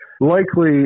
Likely